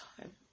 time